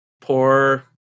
Poor